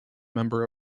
member